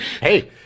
Hey